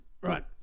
Right